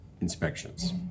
inspections